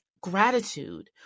Gratitude